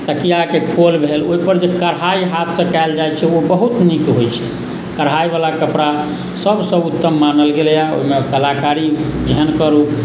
तकियाके खोलि भेल ओहिपर जे कढ़ाइ हाथसँ कयल जाइत छै ओ बहुत नीक होइत छै कढ़ाइ बला कपड़ा सबसँ उत्तम मानल गेलैया ओहिमे कलाकारी जेहन करू